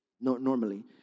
normally